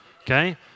okay